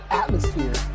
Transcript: atmosphere